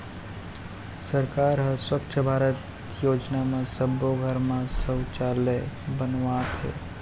सरकार ह स्वच्छ भारत योजना म सब्बो घर म सउचालय बनवावत हे